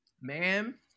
ma'am